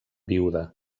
viuda